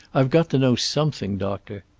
i've got to know something, doctor.